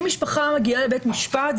אם משפחה מגיעה לבית משפט,